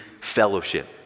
fellowship